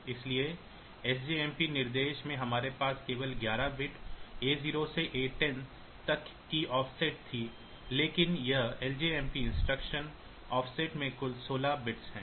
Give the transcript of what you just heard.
इसलिए सजमप निर्देश में हमारे पास केवल 11 बिट्स A0 से A10 तक की ऑफ़सेट थी लेकिन इस लजमप इंस्ट्रक्शन ऑफ़सेट में कुल 16 बिट्स हैं